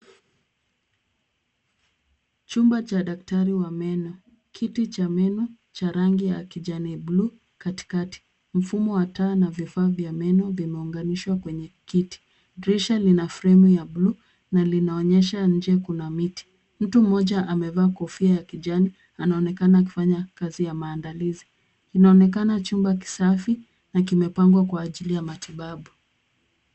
Chumba cha daktari wa meno. Kiti cha meno ch rangi ya kijani buluu katikati. Mfumo wa taa na vifaa vya meno vimeunganishwa kwenye kiti. Dirisha lina fremu ya buluu na linaonyesha kuna miti. Mtu mmoja amevaa kofia ya kijani, anaonekana kufanya kazi ya maandalizi. Kinaonekana chumba kisafi kimepangwa Kwa ajili ya matibabu.